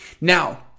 Now